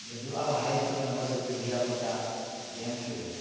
देखियौ आब हाइ इस्कुलमे हमरसभके धियापुता गेम खेलैए